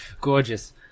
Gorgeous